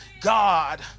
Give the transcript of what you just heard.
God